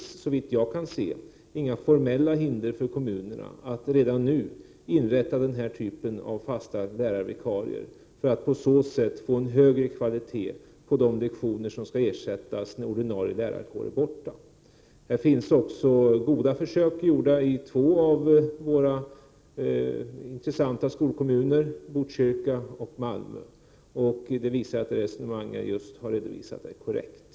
Såvitt jag kan se finns inga formella hinder för kommunerna att redan nu inrätta denna typ av tjänster för fasta lärarvikarier för att på så sätt få en högre kvalitet på de lektioner som skall ersättas när ordinarie lärare är borta. Här finns också goda försök gjorda i två av våra intressanta skolkommuner, Botkyrka och Malmö. Det visar att det resonemang jag nyss redovisat är korrekt.